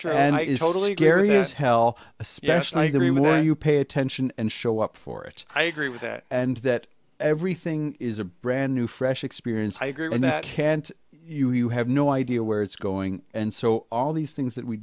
true and is totally gary is hell especially if you will you pay attention and show up for it i agree with that and that everything is a brand new fresh experience i agree and that can't you have no idea where it's going and so all these things that we